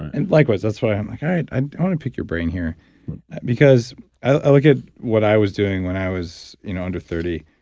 and likewise, that's why i'm like i i want to pick your brain here because i look at what i was doing when i was you know under thirty.